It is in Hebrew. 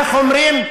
איך אומרים,